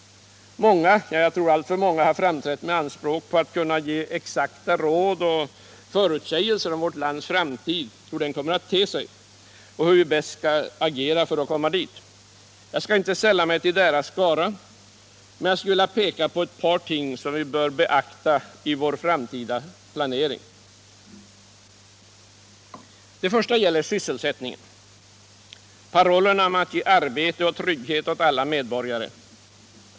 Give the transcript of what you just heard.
Många, jag tror alltför många, har framträtt med anspråk på att kunna ge exakta råd och förutsägelser om hur vårt lands framtid kommer att te sig och hur vi bäst skall agera just nu. Jag skall inte sälla mig till deras skara, men jag vill peka på ett par ting som vi bör beakta i vår framtida planering. Det första gäller sysselsättningen, parollerna om att ge arbete och trygghet åt alla medborgare.